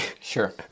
Sure